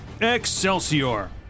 Excelsior